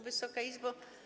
Wysoka Izbo!